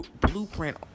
blueprint